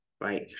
right